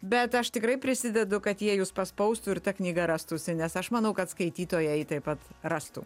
bet aš tikrai prisidedu kad jie jus paspaustų ir ta knyga rastųsi nes aš manau kad skaitytojai taip pat rastų